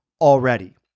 already